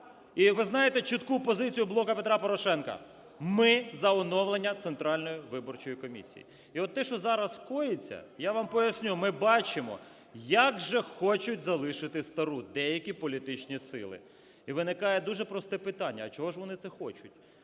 І ви знаєте чітку позицію "Блока Петра Порошенка". Ми за оновлення Центральної виборчої комісії. І от те, що зараз коїться, я вам поясню, ми бачимо, як же хочуть залишити стару деякі політичні сили. І виникає дуже просте питання: а чого ж вони це хочуть.